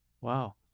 Wow